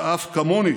שאף כמוני